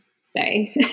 say